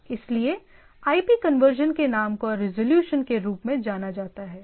इसलिए IP conversion के नाम को रिज़ॉल्यूशन के रूप में जाना जाता है